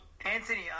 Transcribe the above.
Anthony